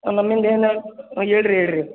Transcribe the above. ನಮ್ಮಿಂದ ಏನು ಆಂ ಹೇಳ್ರಿ ಹೇಳ್ರಿ